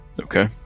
Okay